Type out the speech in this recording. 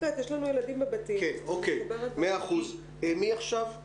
יש לנו ילדים בבתים, אני מחוברת.